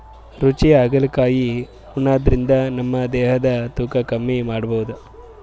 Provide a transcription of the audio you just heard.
ರುಚಿ ಹಾಗಲಕಾಯಿ ಉಣಾದ್ರಿನ್ದ ನಮ್ ದೇಹದ್ದ್ ತೂಕಾ ಕಮ್ಮಿ ಮಾಡ್ಕೊಬಹುದ್